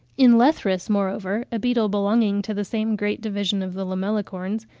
in lethrus, moreover, a beetle belonging to the same great division of the lamellicorns,